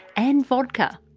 and vodka.